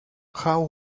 how